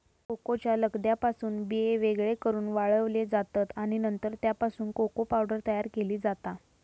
कोकोच्या लगद्यापासून बिये वेगळे करून वाळवले जातत आणि नंतर त्यापासून कोको पावडर तयार केली जाता